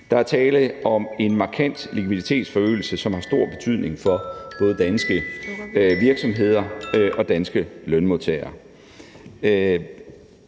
Der er tale om en markant likviditetsforøgelse, som har stor betydning for både danske virksomheder og danske lønmodtagere.